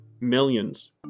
Millions